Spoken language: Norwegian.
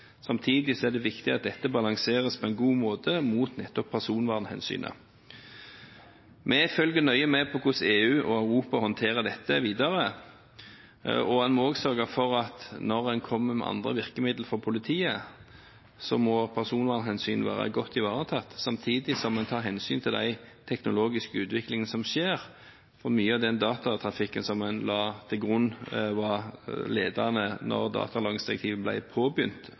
Samtidig er det viktig at dette balanseres på en god måte mot nettopp personvernhensynet. Vi følger nøye med på hvordan EU og Europa håndterer dette videre. En må også sørge for at når en kommer med andre virkemidler for politiet, må personvernhensyn være godt ivaretatt, samtidig som en tar hensyn til den teknologiske utviklingen som skjer. Mye av den datatrafikken som en la til grunn, var ledende da datalagringsdirektivet ble påbegynt